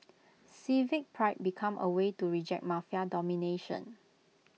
civic pride become A way to reject Mafia domination